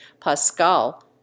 Pascal